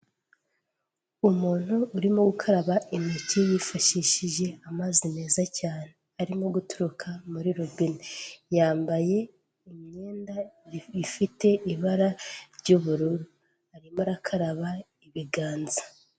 Umuntu urimo gukaraba intoki yifashishije amazi meza cyane arimo guturuka muri robine, yambaye imyenda ifite ibara ry'ubururu, arimo arakaraba ibiganza.